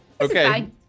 Okay